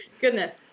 Goodness